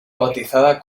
bautizada